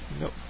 Nope